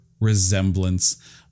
resemblance